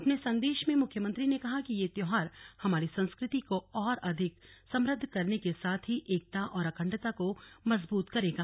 अपने संदेश में मुख्यमंत्री ने कहा कि यह त्योहार हमारी संस्कृति को और अधिक समृद्ध करने के साथ ही एकता और अखण्डता को मजबूत करेगा